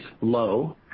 low